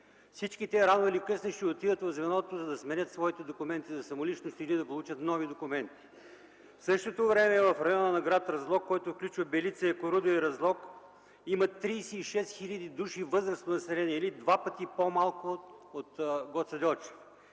Всички те рано или късно ще отидат в звеното, за да сменят своите документи за самоличност или да получат нови документи. В същото време в района на гр. Разлог, който включва Белица, Якоруда и Разлог, има 36 хил. души възрастно население, или два пъти по-малко от Гоце Делчев.